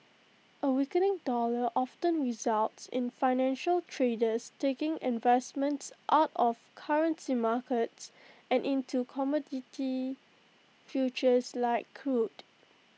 A weakening dollar often results in financial traders taking investments out of currency markets and into commodity futures like crude